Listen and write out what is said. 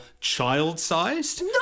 child-sized